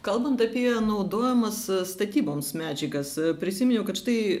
kalbant apie naudojamas statyboms medžiagas prisiminiau kad štai